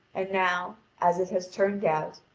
and now, as it has turned out,